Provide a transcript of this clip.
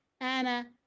Anna